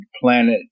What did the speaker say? planet